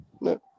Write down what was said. No